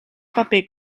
paper